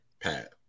Pat